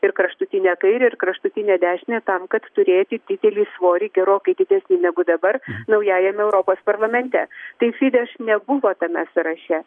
ir kraštutinę kairę ir kraštutinę dešinę tam kad turėti didelį svorį gerokai didesnį negu dabar naujajame europos parlamente teisybės nebuvo tame sąraše